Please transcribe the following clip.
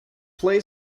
play